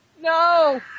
No